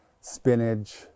spinach